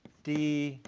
d,